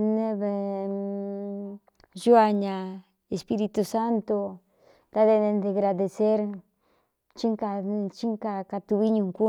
n ñú a ña espíritū sántu ntáde ne ntegradeser íaikakatuví ñukú.